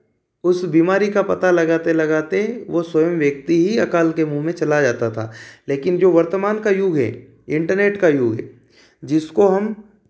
उस बीमारी का पता लगाते लगाते वह स्वयं व्यक्ति ही अकाल के मुह में चला जाता था लेकिन जो वर्तमान का युग है इंटरनेट का युग है जिसको हम